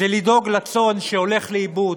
לדאוג לצאן שהולך לאיבוד,